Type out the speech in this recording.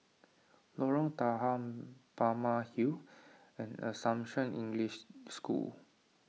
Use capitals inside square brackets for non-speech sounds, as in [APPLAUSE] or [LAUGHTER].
Lorong Tahar Balmeg Hill [NOISE] and Assumption English School